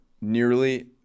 nearly